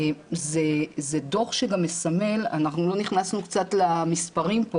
זה דו"ח שגם מסמל ולא נכנסנו למספרים פה